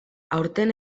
aurten